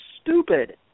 stupid